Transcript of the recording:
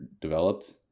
developed